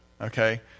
okay